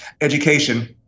education